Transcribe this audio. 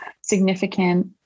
significant